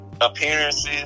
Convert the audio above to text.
appearances